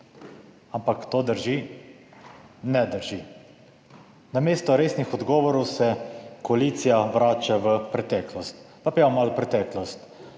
Ampak to drži? Ne drži. Namesto resnih odgovorov se koalicija vrača v preteklost. Pa pojdimo malo v preteklost.